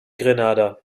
grenada